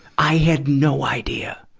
i had no idea!